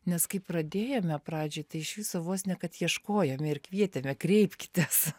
nes kai pradėjome pradžioj tai iš viso vos ne kad ieškojome ir kvietėme kreipkitės